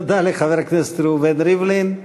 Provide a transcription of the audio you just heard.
תודה לחבר הכנסת ראובן ריבלין,